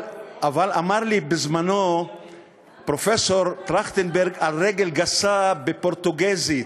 אבל אמר לי בזמנו פרופסור טרכטנברג על רגל גסה בפורטוגזית,